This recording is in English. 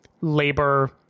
labor